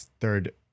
third